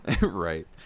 Right